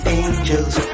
angels